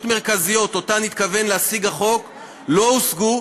מרכזיות שהחוק התכוון להשיג לא הושגו,